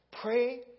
pray